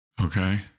Okay